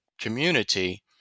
community